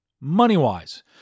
money-wise